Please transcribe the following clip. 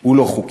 הוא לא חוקי.